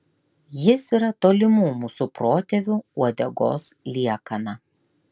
jis yra tolimų mūsų protėvių uodegos liekana